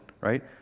right